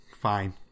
fine